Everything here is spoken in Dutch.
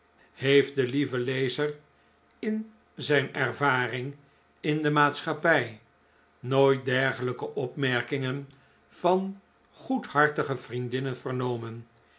heeft de lieve lezer in zijn ervaring in de maatschappij nooit dergelijke opmerkingen van goedhartige vriendinnen vernomen